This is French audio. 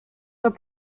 toi